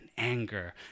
anger